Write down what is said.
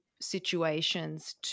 situations